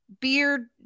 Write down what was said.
beard